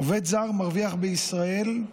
עובד זר מרוויח בישראל,